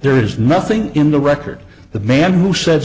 there is nothing in the record the man who said